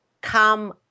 come